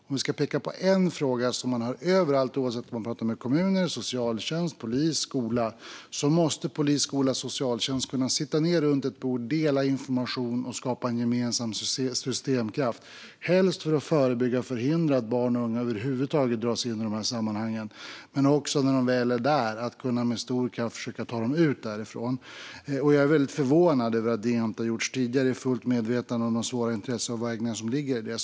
Och låt mig peka på en fråga som man hör överallt om man talar med kommuner, socialtjänst, polis eller skola, nämligen att polis, skola och socialtjänst måste kunna dela information och skapa en gemensam systemkraft, främst för att förebygga och förhindra att barn och unga över huvud taget dras in i kriminella sammanhang men också för att med stor kraft kunna dra ut dem därifrån om de ändå har hamnat där. Jag är förvånad över att detta inte har gjorts tidigare. Jag är fullt medveten om de svåra intresseavvägningar som ligger i detta.